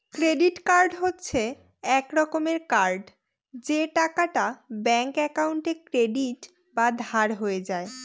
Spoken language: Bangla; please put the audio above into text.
ক্রেডিট কার্ড হচ্ছে এক রকমের কার্ড যে টাকাটা ব্যাঙ্ক একাউন্টে ক্রেডিট বা ধার হয়ে যায়